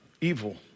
evil